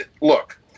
look